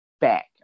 back